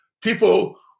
people